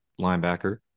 linebacker